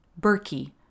Berkey